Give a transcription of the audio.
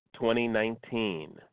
2019